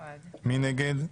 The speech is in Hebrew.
1. מי נגד?